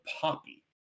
poppy